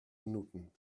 minuten